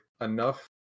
enough